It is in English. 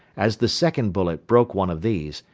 as the second bullet broke one of these,